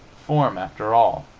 form, after all,